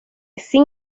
sin